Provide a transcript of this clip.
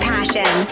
Passion